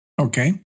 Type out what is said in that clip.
Okay